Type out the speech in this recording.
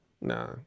nah